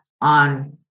on